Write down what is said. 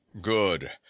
good